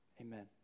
amen